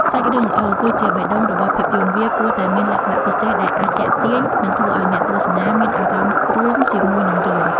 សាច់រឿងល្អ គឺជាបេះដូងរបស់ភាពយន្ត វាគួរតែមានលក្ខណៈពិសេសដែលអាចទាក់ទាញ និងធ្វើឲ្យអ្នកទស្សនាមានអារម្មណ៍រួមជាមួយនឹងរឿង។